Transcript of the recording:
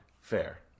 fair